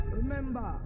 remember